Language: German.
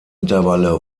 intervalle